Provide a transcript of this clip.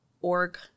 org